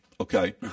okay